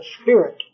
spirit